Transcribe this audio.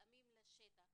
מותאמים לשטח,